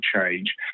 change